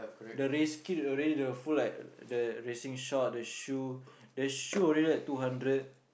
the race kit already the full like the racing short the shoe the shoe already like two hundred